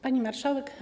Pani Marszałek!